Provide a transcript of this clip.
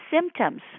symptoms